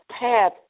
path